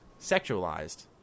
sexualized